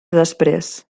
després